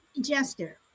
Jester